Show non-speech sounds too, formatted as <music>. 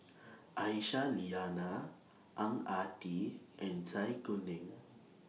<noise> Aisyah Lyana Ang Ah Tee and Zai Kuning